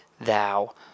thou